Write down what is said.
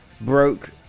broke